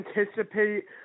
anticipate